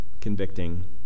convicting